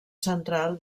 central